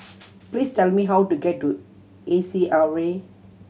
please tell me how to get to A C R A